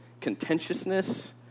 contentiousness